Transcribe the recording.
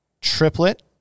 triplet